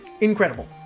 incredible